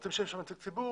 רוצים שיהיה שם נציג ציבור,